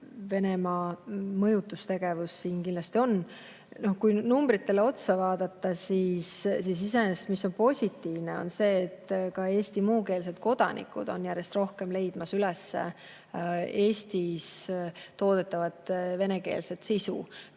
Venemaa mõjutustegevus siin kindlasti on. Kui numbritele otsa vaadata, siis iseenesest on positiivne, et ka Eesti muukeelsed kodanikud on hakanud järjest rohkem üles leidma Eestis toodetavat venekeelset sisu